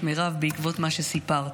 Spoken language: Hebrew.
בעקבות מה שסיפרת,